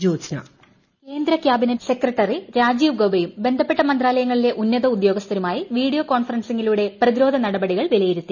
voice കേന്ദ്ര cabinet secretary Rajiv ഗൌബയും ബന്ധപ്പെട്ട മന്ത്രാലയങ്ങളിലെ ഉന്നത ഉദ്യോഗസ്ഥരുമായി വീഡിയോ കോൺഫറൻസിങ്ങിലൂടെ പ്രതിരോധ നടപടികൾ വിലയിരുത്തി